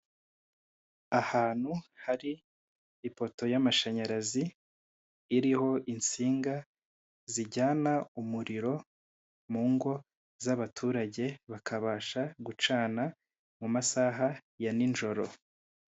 Ahantu hari ipoto y'amashanyarazi iriho insinga zijyana umiriro mu ngo z'abaturage bakabasha gucana mu masaha ya nijoro.